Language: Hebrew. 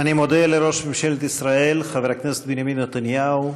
אני מודה לראש ממשלת ישראל חבר הכנסת בנימין נתניהו